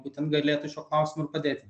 būtent galėtų šiuo klausimu ir padėti